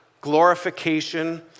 glorification